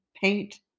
paint